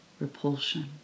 repulsion